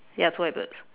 ya two white birds